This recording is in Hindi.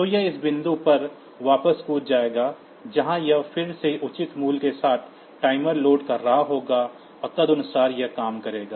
तो यह इस बिंदु पर वापस कूद जाएगा जहां यह फिर से उचित मूल्य के साथ टाइमर लोड कर रहा होगा और तदनुसार यह काम करेगा